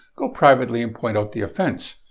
go privately and point out the offense.